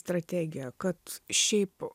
strategija kad šiaip